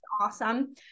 awesome